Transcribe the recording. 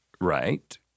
right